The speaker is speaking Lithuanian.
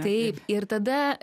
taip ir tada